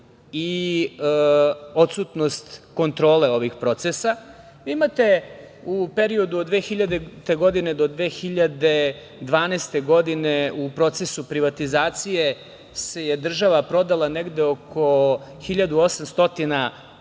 i odsutnost kontrole ovih procesa. Imate u periodu od 2000. godine do 2012. godine u procesu privatizacije država je prodala negde oko 1800